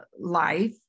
life